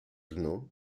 brno